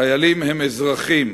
חיילים הם אזרחים,